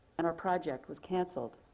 and our project was canceled.